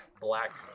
black